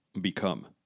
become